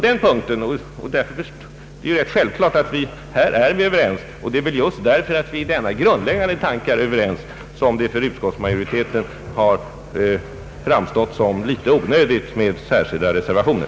Det är rätt självklart att vi är överens på den punkten. Och det är väl just därför att vi i denna grundläggande punkt är ense som det för utskottsmajoriteten har framstått såsom en smula onödigt med särskilda reservationer.